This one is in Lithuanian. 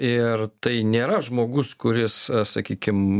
ir tai nėra žmogus kuris sakykim